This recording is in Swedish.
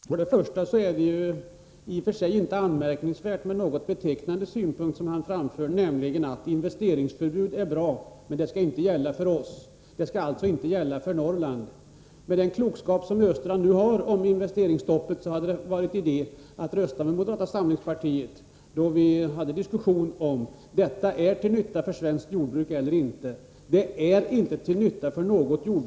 Herr talman! Jag vill beröra ett par av de punkter som Östrand var inne på. Först och främst tycker jag att det i och för sig är en anmärkningsvärd synpunkt Östrand framför när han säger att investeringsförbud är bra, men det skall inte gälla för Norrland. Med den vetskap som Östrand nu har om investeringsstoppet måste han ju säga sig att det skulle ha varit idé att rösta med moderata samlingspartiet efter debatten om huruvida detta investeringsförbud är till nytta för svenskt jordbruk eller inte. Jag vill framhålla att investeringsförbudet inte är till nytta för jordbruket i något hänseende.